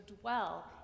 dwell